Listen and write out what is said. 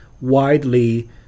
widely